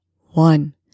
One